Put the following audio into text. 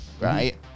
right